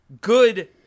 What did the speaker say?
good